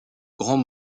grand